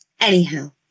anyhow